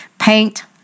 paint